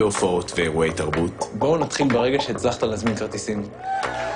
פעולות התרבות וגם שכל אזרחי מדינת ישראל יוכלו להיות חלק מהם.